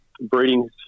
breeding